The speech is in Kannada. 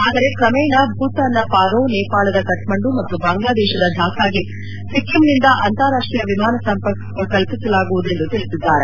ಆದರೆ ಕ್ರಮೇಣ ಭೂತಾನ್ ಪಾರೊ ನೇಪಾಳದ ಕಕ್ಕಂಡು ಮತ್ತು ಬಾಂಗ್ಲಾದೇಶದ ಢಾಕಾಗೆ ಸಿಕ್ಕಿಂನಿಂದ ಅಂತಾರಾಷ್ಟೀಯ ವಿಮಾನ ಸಂಪರ್ಕ ಕಲ್ಪಿಸಲಾಗುವುದು ಎಂದು ತಿಳಿಸಿದ್ದಾರೆ